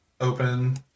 open